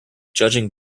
judging